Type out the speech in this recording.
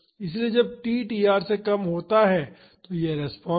इसलिए जब t tr से कम होता है तो यह रिस्पांस है